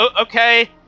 Okay